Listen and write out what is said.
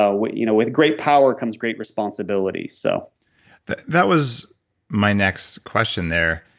ah with you know with great power, comes great responsibility so but that was my next question there.